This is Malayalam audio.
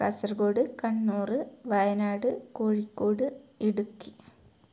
കാസർകോഡ് കണ്ണൂർ വയനാട് കോഴിക്കോട് ഇടുക്കി